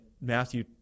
Matthew